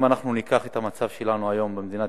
אם אנחנו ניקח את המצב שלנו היום במדינת